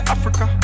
Africa